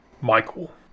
Michael